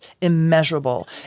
immeasurable